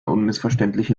unmissverständliche